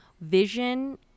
vision